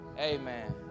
Amen